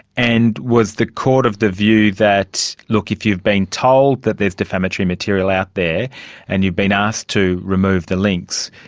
and it was the court of the view that, look, if you've been told that there is defamatory material out there and you've been asked to remove the links,